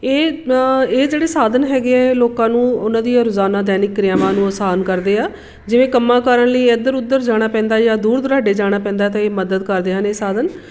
ਇਹ ਇਹ ਜਿਹੜੇ ਸਾਧਨ ਹੈਗੇ ਹੈ ਲੋਕਾਂ ਨੂੰ ਉਹਨਾਂ ਦੀਆਂ ਰੋਜ਼ਾਨਾ ਦੈਨਿਕ ਕਿਰਿਆਵਾਂ ਨੂੰ ਆਸਾਨ ਕਰਦੇ ਹੈ ਜਿਵੇਂ ਕੰਮਾਂ ਕਾਰਾਂ ਲਈ ਇੱਧਰ ਉੱਧਰ ਜਾਣਾ ਪੈਂਦਾ ਜਾਂ ਦੂਰ ਦੁਰਾਡੇ ਜਾਣਾ ਪੈਂਦਾ ਤਾਂ ਇਹ ਮਦਦ ਕਰਦਿਆਂ ਨੇ ਸਾਧਨ